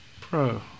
pro